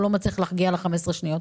והחקלאי לא מצליח להגיע תוך 15 שניות?